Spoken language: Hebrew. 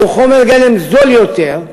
הוא חומר גלם זול יותר,